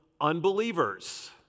unbelievers